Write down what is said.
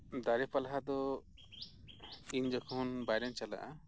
ᱫᱟᱨᱮ ᱯᱟᱞᱦᱟ ᱫᱚ ᱤᱧ ᱡᱚᱠᱷᱚᱱ ᱵᱟᱭᱨᱮᱧ ᱪᱟᱞᱟᱜᱼᱟ